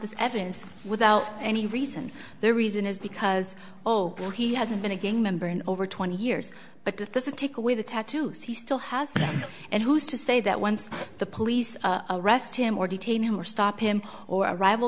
this evidence without any reason the reason is because oh boy he hasn't been a gang member in over twenty years but if this is a take away the tattoos he still has and who's to say that once the police arrest him or detain him or stop him or a rival